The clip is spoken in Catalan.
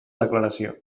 declaració